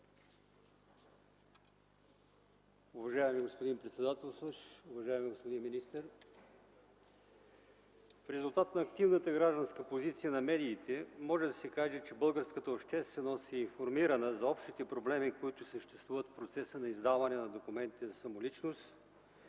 Уважаеми господин председателстващ, уважаеми господин министър! В резултат на активната гражданска позиция на медиите може да се каже, че българската общественост е информирана за общите проблеми, които съществуват в процеса на издаване на документите за самоличност.